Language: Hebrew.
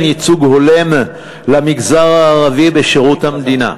ייצוג הולם למגזר הערבי בשירות המדינה,